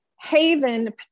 haven